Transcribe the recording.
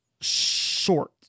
short